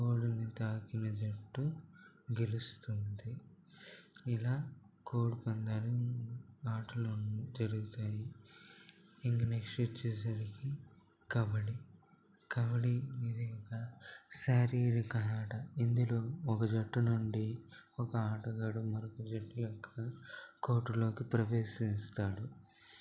కోడిని తాకిన జట్టు గెలుస్తుంది ఇలా కోడిపందాలు ఆటలు జరుగుతాయి ఇంక నెక్స్ట్ వచ్చేసరికి కబడ్డీ కబడ్డీ ఇది ఒక శారీరక ఆట ఇందులో ఒక జట్టు నుండి ఒక ఆటగాడు మరొక జట్టు కోర్ట్లోకి ప్రవేశిస్తాడు